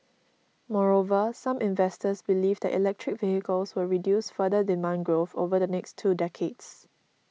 moreover some investors believe that electric vehicles will reduce future demand growth over the next two decades